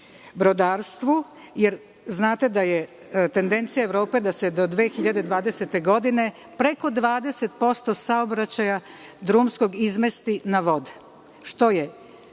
brodarsku, jer znate da je tendencija Evrope da se do 2020. godine preko 20% saobraćaja drumskog izmesti na vode, što je